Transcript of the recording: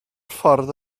ffordd